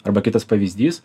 arba kitas pavyzdys